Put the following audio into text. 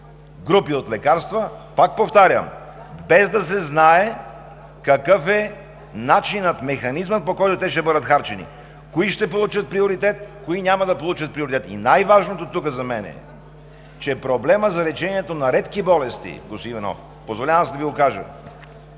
групи от лекарства, пак повтарям, без да се знае, какъв е начинът, механизмът, по който те ще бъдат харчени – кои ще получат приоритет, кои няма да получат приоритет. И най-важното тук за мен е, че проблемът за лечението на редки болести, господин Иванов – позволявам си да Ви го кажа